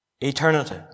eternity